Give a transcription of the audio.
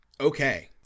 Okay